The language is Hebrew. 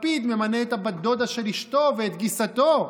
לפיד ממנה את הבת-דודה של אשתו ואת גיסתו.